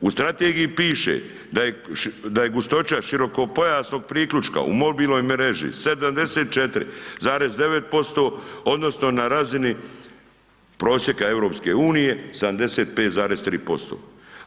U strategiji piše, da je gustoća širokopojasnog priključka u mobilnoj mreži 74,9% odnosno na razini prosjeka EU 75,3%